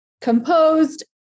composed